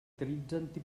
caracteritzen